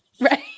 Right